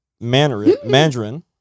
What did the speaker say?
mandarin